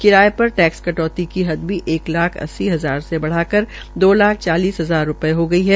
किराये पर टैक्स कटौती की हद भी एक लाख अस्सी हजार से बढ़कर दो लाख चालीस हजार रूपये हो गई है